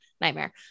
Nightmare